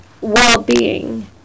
well-being